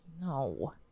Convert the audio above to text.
no